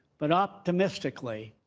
but optimistically,